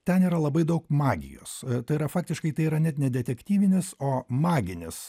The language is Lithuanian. ten yra labai daug magijos tai yra faktiškai tai yra net ne detektyvinis o maginis